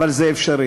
אבל זה אפשרי.